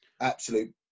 absolute